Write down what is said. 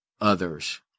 others